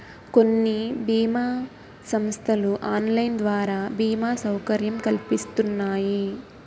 కొన్ని బీమా సంస్థలు ఆన్లైన్ ద్వారా బీమా సౌకర్యం కల్పిస్తున్నాయి